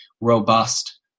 robust